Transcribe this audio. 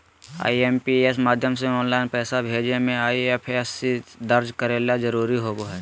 IMPS माध्यम से online पैसा भेजे मे आई.एफ.एस.सी दर्ज करे ला जरूरी होबो हय